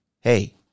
hey